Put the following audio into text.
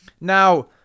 Now